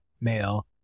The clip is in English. male